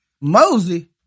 Mosey